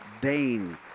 Dane